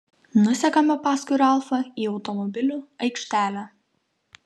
nusekame paskui ralfą į automobilių aikštelę